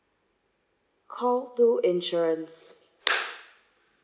call two insurance